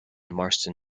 marston